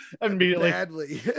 immediately